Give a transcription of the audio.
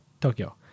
Tokyo